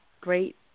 great